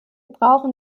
brauchen